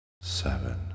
Seven